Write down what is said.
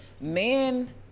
men